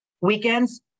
weekends